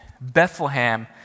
Bethlehem